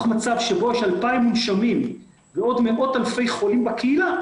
מצב שבו יש 2,000 מונשמים ועוד מאות אלפי חולים בקהילה,